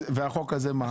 והחוק הזה מה?